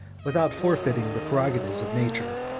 without forfeiting the prerogatives of nature.